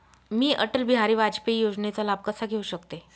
मी अटल बिहारी वाजपेयी योजनेचा लाभ कसा घेऊ शकते?